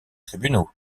tribunaux